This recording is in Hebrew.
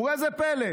וראה זה פלא,